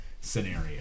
scenario